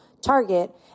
Target